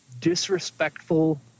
disrespectful